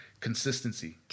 Consistency